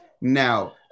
Now